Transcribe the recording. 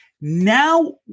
Now